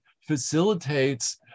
facilitates